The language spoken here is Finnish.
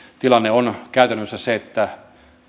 tilanne on käytännössä se että